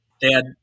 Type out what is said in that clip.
Dad